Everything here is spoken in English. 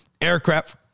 aircraft